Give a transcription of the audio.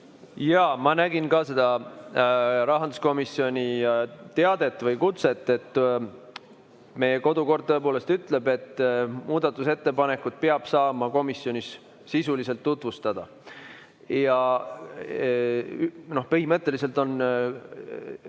Jaa, ma nägin ka seda rahanduskomisjoni teadet või kutset. Meie kodukord tõepoolest ütleb, et muudatusettepanekuid peab saama komisjonis sisuliselt tutvustada, ja põhimõtteliselt seda